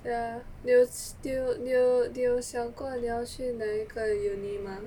ya you still 你有想过你要去哪一个 uni mah